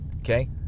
okay